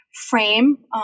frame